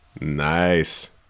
Nice